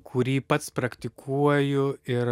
kurį pats praktikuoju ir